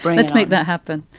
but let's make that happen.